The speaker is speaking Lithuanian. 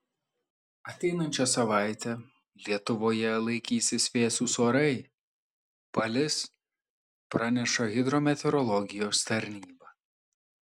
ateinančią savaitę lietuvoje laikysis vėsūs orai palis praneša hidrometeorologijos tarnyba